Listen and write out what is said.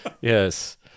Yes